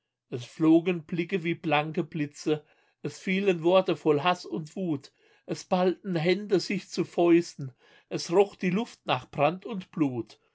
es flogen blicke wie blanke blitze es fielen worte voll haß und wut es ballten hände sich zu fäusten es roch die luft nach brand und blut